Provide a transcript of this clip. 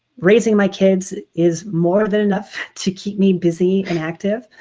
raising my kids is more than enough to keep me busy and active.